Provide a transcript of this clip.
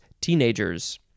teenagers